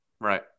Right